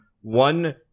one